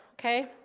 okay